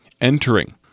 entering